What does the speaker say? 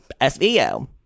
SVO